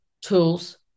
tools